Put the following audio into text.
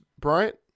Bryant